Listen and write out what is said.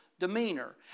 Demeanor